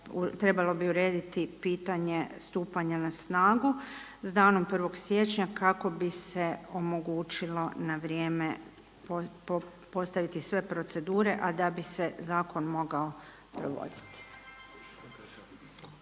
trebalo bi urediti pitanje stupanja na snagu s danom 1. siječnja kako bi se omogućilo na vrijeme postaviti sve procedure, a da bi se zakon mogao provoditi.